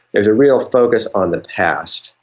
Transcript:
there's a real focus on the past.